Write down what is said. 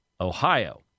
Ohio